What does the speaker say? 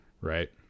right